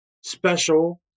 special